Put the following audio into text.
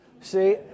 See